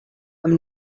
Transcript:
amb